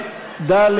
ד',